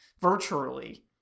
virtually